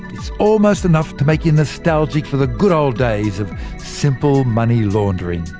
it's almost enough to make you nostalgic for the good old days of simple money laundering!